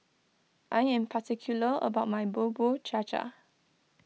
I am particular about my Bubur Cha Cha